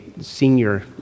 senior